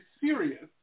serious